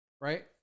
right